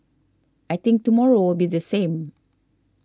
I think tomorrow will be the same